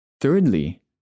Thirdly